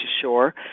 shore